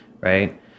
right